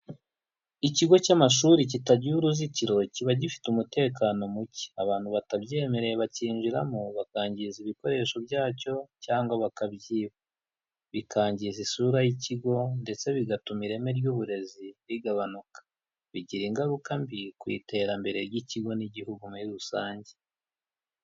Ikigo cy'amashuri kitagira uruzitiro, kiba gifite umutekano muke. Abantu batabyemerewe bacyinjiramo, bakangiza ibikoresho byacyo, cyangwa bakabyiba. Bikangiza isura y'ikigo, ndetse bigatuma ireme ry'uburezi rigabanuka. Bigira ingaruka mbi, ku iterambere ry'ikigo n'Igihugu muri rusange.